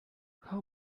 how